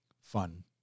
fun